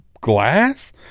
glass